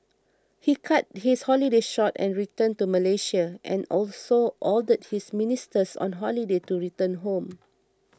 he cut his holiday short and returned to Malaysia and also ordered his ministers on holiday to return home